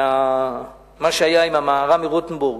ומה שהיה עם המהר"ם מרוטנבורג,